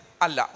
Allah